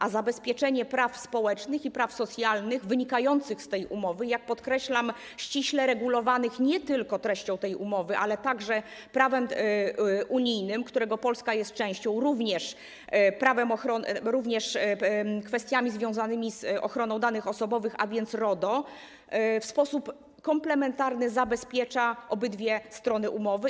A zabezpieczenie praw społecznych i praw socjalnych wynikających z tej umowy - jak podkreślam, ściśle regulowanych nie tylko treścią tej umowy, ale także prawem Unii, której Polska jest częścią, również kwestiami związanymi z ochroną danych osobowych, a więc RODO - w sposób komplementarny zabezpiecza obydwie strony umowy.